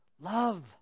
Love